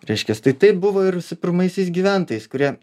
reiškias tai taip buvo ir su pirmaisiais gyventojais kurie